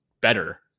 better